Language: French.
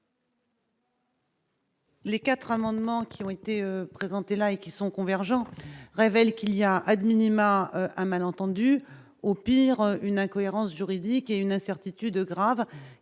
Les 4 amendements qui ont été présentés lundi qui sont convergents, révèle qu'il y a pas d'minima un malentendu, au pire une incohérence juridique et une incertitude graves